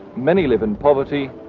many live in poverty,